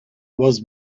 was